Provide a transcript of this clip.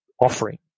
offering